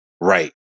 right